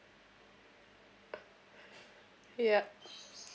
ya